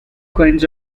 kinds